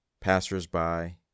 passers-by